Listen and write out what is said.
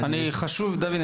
דויד,